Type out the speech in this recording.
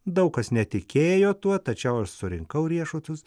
daug kas netikėjo tuo tačiau aš surinkau riešutus